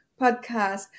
podcast